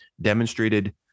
demonstrated